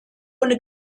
ohne